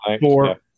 Four